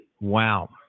wow